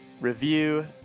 review